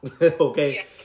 Okay